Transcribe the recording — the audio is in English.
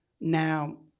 now